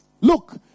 look